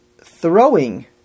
throwing